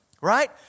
Right